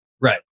Right